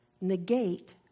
negate